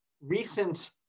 recent